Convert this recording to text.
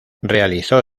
realizó